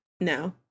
No